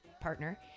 partner